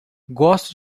gosto